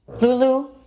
Lulu